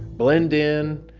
blend in.